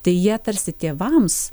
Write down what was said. tai jie tarsi tėvams